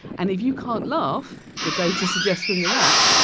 and if you can't laugh, the data suggests from the rats,